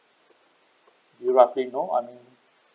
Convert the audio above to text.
do you roughly know I mean